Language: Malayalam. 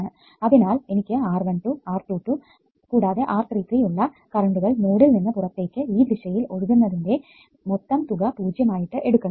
അതിനാൽ എനിക്ക് R 1 2 R 2 2 കൂടാതെ R 3 3 ഉള്ള കറണ്ടുകൾ നോഡിൽ നിന്ന് പുറത്തേക്ക് ഈ ദിശയിൽ ഒഴുകുന്നതിന്റെ മൊത്തം തുക 0 ആയിട്ട് എടുക്കണം